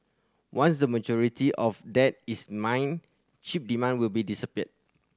once the majority of that is mined chip demand will be disappear